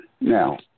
Now